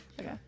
Okay